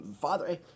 father